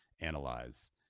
analyze